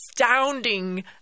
astounding